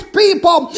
people